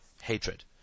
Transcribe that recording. hatred